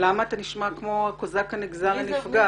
למה אתה נשמע כמו הקוזק הנגזל הנפגע?